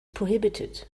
prohibited